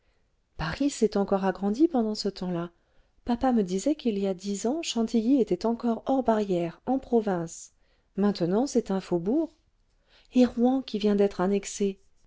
paris s'est encore agrandi pendant ce temps-là papa me disait vingtième siècle qu'il y a dix ans chantilly était encore hors barrière en province maintenant c'est un faubourg et rouen qui vient d'être